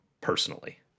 personally